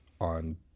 on